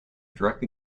directly